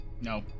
No